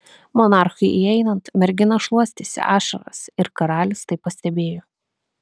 monarchui įeinant mergina šluostėsi ašaras ir karalius tai pastebėjo